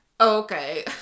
Okay